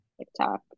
TikTok